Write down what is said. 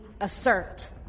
assert